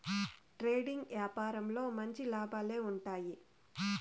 trading యాపారంలో మంచి లాభాలే ఉంటాయి